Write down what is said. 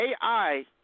ai